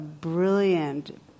brilliant